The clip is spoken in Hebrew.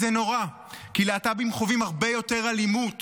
זה נורא, כי להט"בים חווים הרבה יותר אלימות